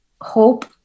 hope